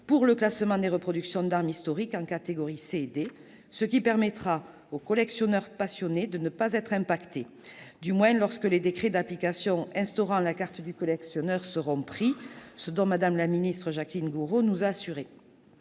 pour le classement des reproductions d'armes historiques en catégories C et D, ce qui permettra aux collectionneurs passionnés de ne pas être affectés, du moins lorsque les décrets d'application instaurant la carte de collectionneur seront pris, ce dont Mme la ministre Jacqueline Gourault nous a assurés.